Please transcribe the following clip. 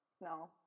no